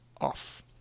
off